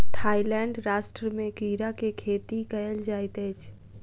Thailand राष्ट्र में कीड़ा के खेती कयल जाइत अछि